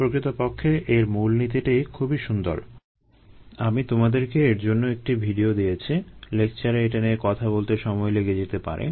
প্রকৃতপক্ষে এর মূলনীতিটি খুবই সুন্দর আমি তোমাদেরকে এর জন্য একটি ভিডিও দিয়েছি লেকচারে এটা নিয়ে কথা বলতে সময় লেগে যেতে পারে